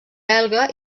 belga